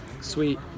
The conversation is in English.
sweet